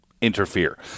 interfere